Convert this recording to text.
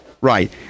right